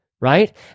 right